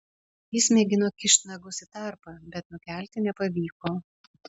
jis mėgino kišt nagus į tarpą bet nukelti nepavyko